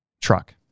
truck